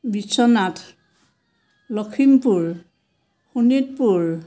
Biswanath Lakhimpur Sonitpur